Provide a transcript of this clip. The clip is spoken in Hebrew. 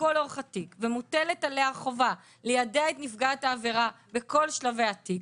לכל אורך התיק ומוטלת עליה החובה ליידע את נפגעת העבירה בכל שלבי התיק,